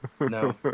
No